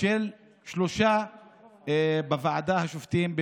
של שלושה בוועדה למינוי שופטים,